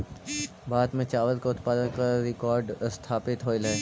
भारत में चावल के उत्पादन का रिकॉर्ड स्थापित होइल हई